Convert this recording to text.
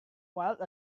while